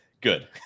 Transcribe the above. Good